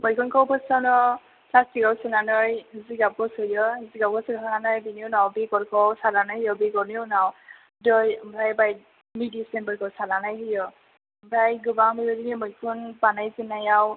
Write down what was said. मैखुनखौ फार्सआवनो फ्लास्थिकआव सोनानै जिगाबखौ सोयो जिगाबाव सोखांनानै बेनि उनाव बेगरखौ सारनानै होयो बेगरनि उनाव दै ओमफ्राय बायदि मिदिसिन फोरखौ सारनानै होयो ओमफ्राय गोबां बेबायदिनो मैखुन बानाय जेननायाव